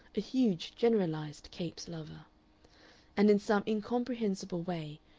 a huge generalized capes-lover. and in some incomprehensible way,